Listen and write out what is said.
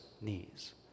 knees